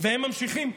והם ממשיכים,